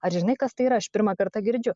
ar žinai kas tai yra aš pirmą kartą girdžiu